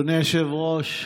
אדוני היושב-ראש,